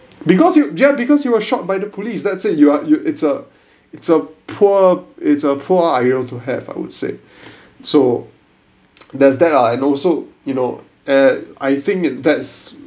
because you ya because you were shot by the police that's it you are you it's a it's a poor it's a poor to have uh I would say so there's that ah and also you know and I think in that's